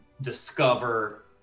discover